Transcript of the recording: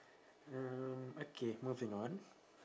uh okay moving on